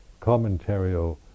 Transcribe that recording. commentarial